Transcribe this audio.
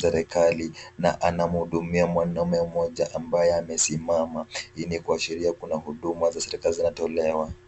serikali na anamhudumia mwanamume mmoja ambaye amesimama, hii ni kuashiria kuna huduma za serikali zinatolewa.